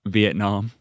Vietnam